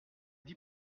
dis